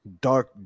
dark